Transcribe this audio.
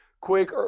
quick